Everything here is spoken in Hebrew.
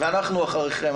ואנחנו אחריכם.